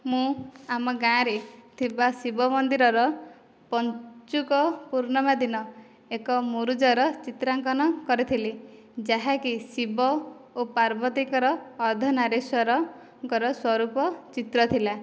ମୁଁ ଆମ ଗାଁରେ ଥିବା ଶିବ ମନ୍ଦିରର ପଞ୍ଚୁକ ପୂର୍ଣ୍ଣମୀ ଦିନ ଏକ ମୁରୁଜର ଚିତ୍ରାଙ୍କନ କରିଥିଲି ଯାହାକି ଶିବ ଓ ପାର୍ବତୀଙ୍କର ଅର୍ଦ୍ଧନାରେଶ୍ୱରଙ୍କର ସ୍ୱରୂପ ଚିତ୍ର ଥିଲା